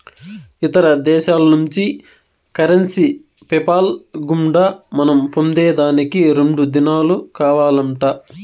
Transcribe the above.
ఇతర దేశాల్నుంచి currency PayPal గుండా మనం పొందేదానికి రెండు దినాలు కావాలంట